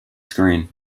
screen